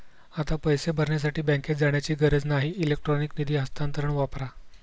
आता पैसे भरण्यासाठी बँकेत जाण्याची गरज नाही इलेक्ट्रॉनिक निधी हस्तांतरण वापरा